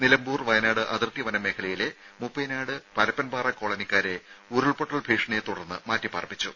നിലമ്പൂർ വയനാട് അതിർത്തി വനമേഖലയിലെ മൂപ്പൈയ്നാട് പരപ്പൻപാറ കോളനിക്കാരെ ഉരുൾപൊട്ടൽ ഭീഷണിയെത്തുടർന്ന് മാറ്റി പാർപ്പിച്ചു